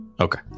Okay